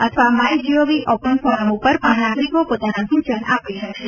અથવા my GOV open forum પર પણ નાગરિકો પોતાના સૂચન આપી શકશે